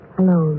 Hello